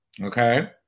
okay